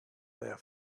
their